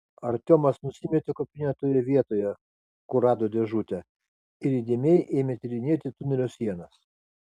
artiomas nusimetė kuprinę toje vietoje kur rado dėžutę ir įdėmiai ėmė tyrinėti tunelio sienas